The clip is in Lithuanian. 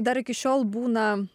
dar iki šiol būna